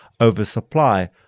oversupply